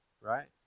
right